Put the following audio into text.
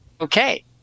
okay